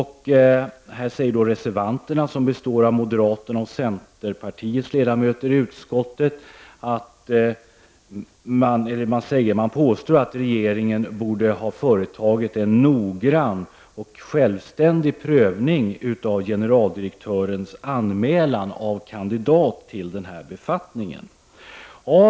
Här påstår reservanterna, som är moderaternas och centerpartiets ledamöter i utskottet, att regeringen borde ha företagit en noggrann och självständig prövning av generaldirektörens anmälan av kandidat när det gäller den här befattningen.